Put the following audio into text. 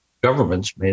governments